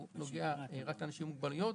שהוא נוגע רק לאנשים עם מוגבלויות.